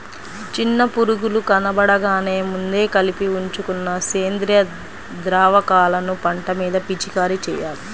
చిన్న పురుగులు కనబడగానే ముందే కలిపి ఉంచుకున్న సేంద్రియ ద్రావకాలను పంట మీద పిచికారీ చెయ్యాలి